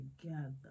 together